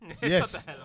Yes